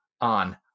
on